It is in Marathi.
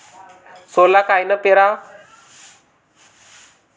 सोला कायनं पेराव?